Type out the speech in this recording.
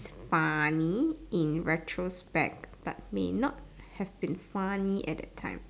funny in retrospect but may not have been funny at that time